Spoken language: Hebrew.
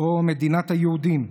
או מדינת היהודים?"